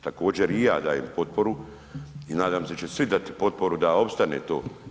Također i ja dajem potporu i nadam se da će svi dati potporu da opstane to.